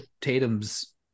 tatum's